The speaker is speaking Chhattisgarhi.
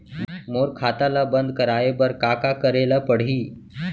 मोर खाता ल बन्द कराये बर का का करे ल पड़ही?